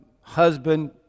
husband